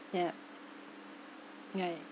yeah yeah